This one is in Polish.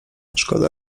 szkoda